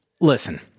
listen